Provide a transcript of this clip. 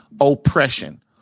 oppression